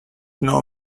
know